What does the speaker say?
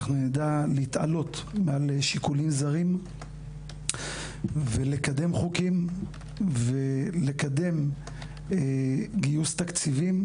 אנחנו נדע להתעלות מעל שיקולים זרים ולקדם חוקים ולקדם גיוס תקציבים,